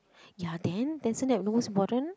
ya then then isn't that most important